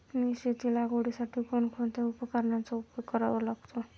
शेती लागवडीसाठी कोणकोणत्या उपकरणांचा उपयोग करावा लागतो?